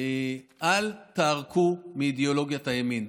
אל תערקו מאידיאולוגיית הימין.